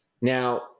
now